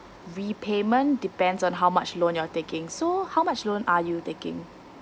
repayment depends on how much loan you're taking so how much loan are you taking